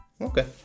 Okay